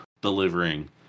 delivering